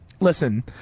Listen